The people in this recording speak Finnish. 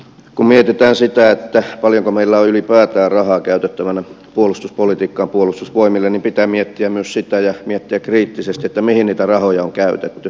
kun mietitään sitä paljonko meillä on ylipäätään rahaa käytettävänä puolustuspolitiikkaan puolustusvoimille niin pitää miettiä myös sitä ja miettiä kriittisesti mihin niitä rahoja on käytetty